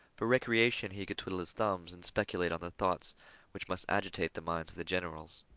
for recreation he could twiddle his thumbs and speculate on the thoughts which must agitate the minds of the generals.